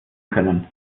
können